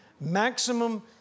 maximum